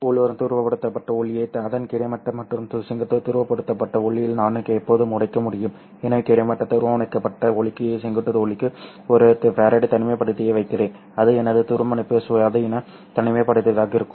உள்வரும் துருவப்படுத்தப்பட்ட ஒளியை அதன் கிடைமட்ட மற்றும் செங்குத்து துருவப்படுத்தப்பட்ட ஒளியில் நான் எப்போதும் உடைக்க முடியும் எனவே கிடைமட்ட துருவமுனைக்கப்பட்ட ஒளிக்கு செங்குத்து ஒளிக்கு ஒரு ஃபாரடே தனிமைப்படுத்தியை வைக்கிறேன் அது எனது துருவமுனைப்பு சுயாதீன தனிமைப்படுத்தியாக இருக்கும்